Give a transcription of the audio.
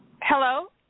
Hello